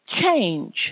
change